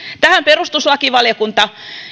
tähän perustuslakivaliokunta